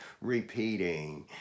repeating